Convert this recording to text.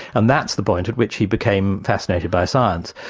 and that's the point at which he became fascinated by science.